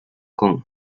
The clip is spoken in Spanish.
kong